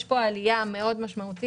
יש פה עלייה משמעותית מאוד.